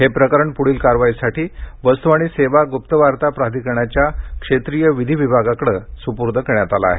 हे प्रकरण प्ढील कारवाईसाठी वस्तू आणि सेवा ग्प्तवार्ता प्राधिकरणाच्या क्षेत्रीय विधी विभागाकडे सुपूर्द केलं आहे